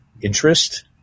interest